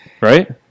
Right